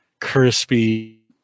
Crispy